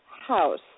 house